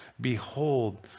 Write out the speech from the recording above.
Behold